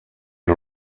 and